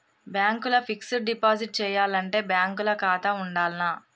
Bank ల fixed deposit చేయాలంటే bank ల ఖాతా ఉండాల్నా?